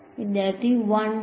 വിദ്യാർത്ഥി 1 by R